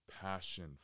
passion